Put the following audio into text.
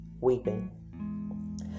Weeping